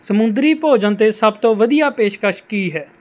ਸਮੁੰਦਰੀ ਭੋਜਨ 'ਤੇ ਸਭ ਤੋਂ ਵਧੀਆ ਪੇਸ਼ਕਸ਼ ਕੀ ਹੈ